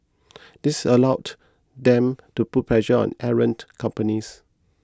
this allow them to put pressure on errant companies